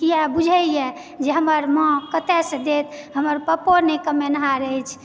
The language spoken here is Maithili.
किआ बुझेए जे हमर माँ कतयसँ दैत हमर पप्पो नहि कमेनहार अछि